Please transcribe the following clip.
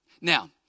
Now